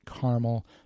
caramel